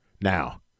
Now